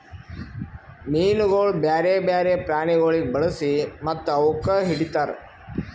ಮೀನುಗೊಳ್ ಬ್ಯಾರೆ ಬ್ಯಾರೆ ಪ್ರಾಣಿಗೊಳಿಗ್ ಬಳಸಿ ಮತ್ತ ಅವುಕ್ ಹಿಡಿತಾರ್